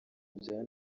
bya